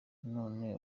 none